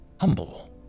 Humble